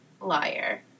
liar